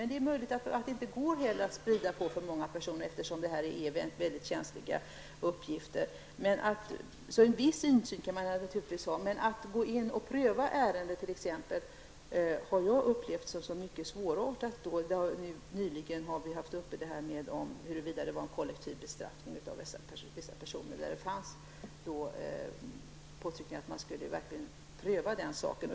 Men det är möjligt att detta inte heller går att sprida på för många personer, eftersom det är mycket känsliga uppgifter. En viss insyn kan man naturligtvis ha. Men att gå in och pröva ärendet har jag upplevt som mycket svårt. Vi har nyligen haft frågan uppe om huruvida det har varit fråga om kollektiv bestraffning av vissa personer. Det fanns påtryckningar om att en oberoende grupp verkligen skulle pröva den saken.